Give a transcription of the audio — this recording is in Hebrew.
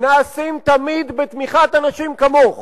נעשים תמיד בתמיכת אנשים כמוך,